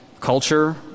culture